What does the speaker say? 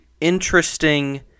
interesting